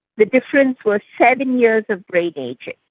the difference was seven years of brain ageing.